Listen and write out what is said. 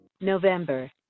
November